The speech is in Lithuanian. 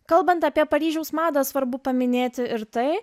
kalbant apie paryžiaus madą svarbu paminėti ir tai